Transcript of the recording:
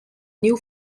new